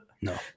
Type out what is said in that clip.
No